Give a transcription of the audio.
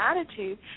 attitude